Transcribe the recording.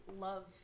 Love